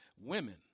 women